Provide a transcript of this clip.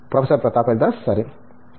professor Pratap Haridas సరే